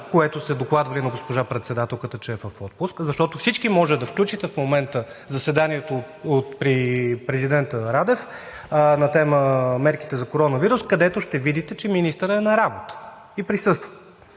което са докладвали на госпожа председателката, че е в отпуск, защото всички може да включите в момента заседанието при президента Радев на тема: „Мерките за коронавирус“, където ще видите, че министърът е на работа и присъства.